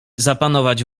zapanować